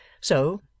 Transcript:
So